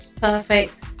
perfect